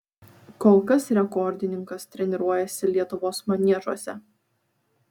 kol kas rekordininkas treniruojasi lietuvos maniežuose